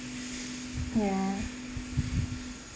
ya